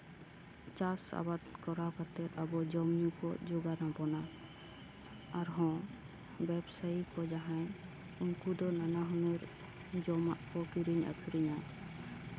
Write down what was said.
ᱪᱟᱥᱼᱟᱵᱟᱫᱽ ᱠᱚᱨᱟᱣ ᱠᱟᱛᱮᱜ ᱟᱵᱚ ᱡᱚᱢᱼᱧᱩ ᱠᱚ ᱡᱚᱜᱟᱲ ᱟᱵᱚᱱᱟ ᱟᱨᱦᱚᱸ ᱵᱮᱵᱽᱥᱟᱭᱤᱠ ᱠᱚ ᱡᱟᱦᱟᱸᱭ ᱩᱱᱠᱩ ᱫᱚ ᱱᱟᱱᱟ ᱦᱩᱱᱟᱹᱨ ᱡᱚᱢᱟᱜ ᱠᱚ ᱠᱤᱨᱤᱧ ᱟᱹᱠᱷᱨᱤᱧᱟ